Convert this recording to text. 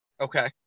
Okay